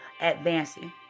advancing